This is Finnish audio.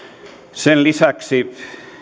sen lisäksi